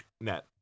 net